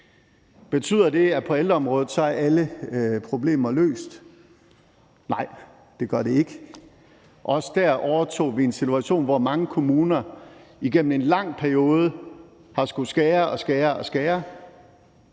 Betyder det så, at alle problemer på ældreområdet er løst? Nej, det gør det ikke. Også der overtog vi en situation, hvor mange kommuner igennem en lang periode har skullet skære og skære.